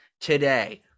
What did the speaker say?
Today